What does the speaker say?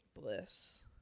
Bliss